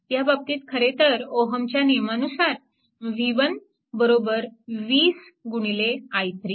ह्या बाबतीत खरेतर ओहमच्या नियमानुसार Ohms law v1 20 i3